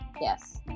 Yes